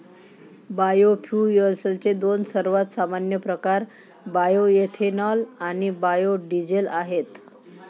बायोफ्युएल्सचे दोन सर्वात सामान्य प्रकार बायोएथेनॉल आणि बायो डीझेल आहेत